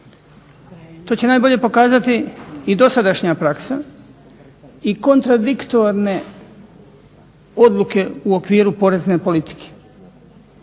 to će najbolje pokazati i dosadašnja praksa i kontradiktorne odluke u okviru porezne politike.